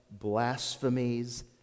blasphemies